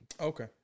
Okay